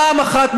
פעם אחת,